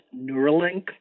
Neuralink